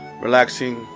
relaxing